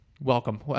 Welcome